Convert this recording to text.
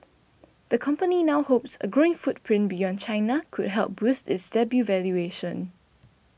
the company now hopes a growing footprint beyond China could help boost its debut valuation